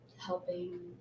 helping